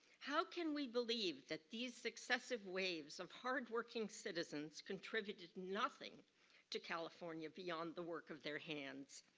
how can we believe that these successive waves of hard-working citizens contributed nothing to california beyond the work of their hands?